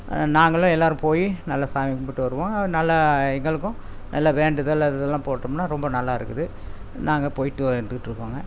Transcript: நாங்களும் எல்லோரும் போய் நல்லா சாமி கும்பிட்டு வருவோம் நல்லா எங்களுக்கும் நல்ல வேண்டுதல் அதெலாம் போட்டோம்னா ரொம்ப நல்லா இருக்குது நாங்கள் போயிட்டு வந்துட்டுருக்கோங்க